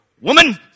woman